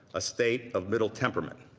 a state of mil temperament.